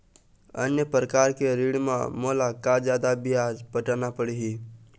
अन्य प्रकार के ऋण म मोला का जादा ब्याज पटाना पड़ही?